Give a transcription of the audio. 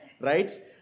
right